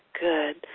Good